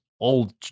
old